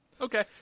Okay